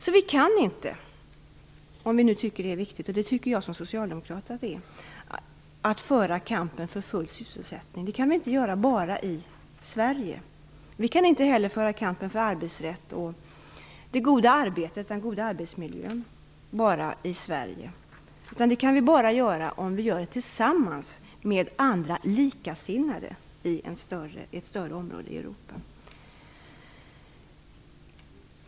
Även om vi tycker att det är viktigt -- och det tycker jag som socialdemokrat att det är -- att föra kampen för full sysselsättning, kan vi inte göra det enbart i Sverige. Vi kan inte heller föra kampen för arbetsrätt, det goda arbetet och den goda arbetsmiljön enbart i Sverige. Det kan vi bara göra tillsammans med andra likasinnade länder i ett större område i Europa.